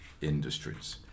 industries